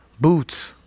Boots